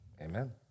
Amen